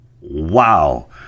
Wow